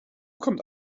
kommt